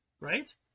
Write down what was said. right